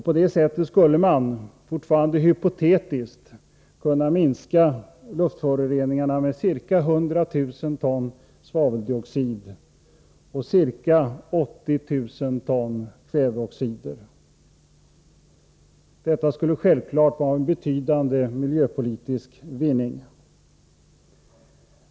På det sättet skulle man — fortfarande hypotetiskt — kunna minska luftföroreningarna med ca 100 000 ton svaveldioxid och ca 80 000 ton kväveoxid. Detta skulle självfallet vara en betydande miljöpolitisk vinning.